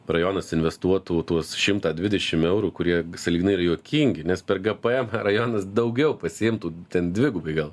rajonas investuotų tuos šimtą dvidešim eurų kurie sąlyginai yra juokingi nes per gpmą rajonas daugiau pasiimtų ten dvigubai gal